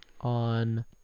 on